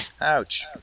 Ouch